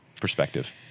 perspective